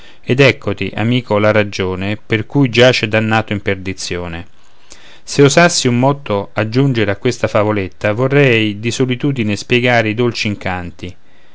ed eccoti amico la ragione per cui giace dannato in perdizione se osassi un motto aggiungere a questa favoletta vorrei di solitudine spiegare i dolci incanti